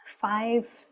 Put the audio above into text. five